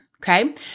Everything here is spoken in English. Okay